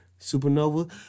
Supernova